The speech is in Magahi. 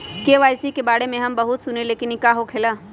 के.वाई.सी के बारे में हम बहुत सुनीले लेकिन इ का होखेला?